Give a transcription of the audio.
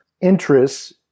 interests